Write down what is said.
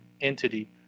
entity